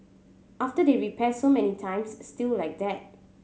after they repair so many times still like that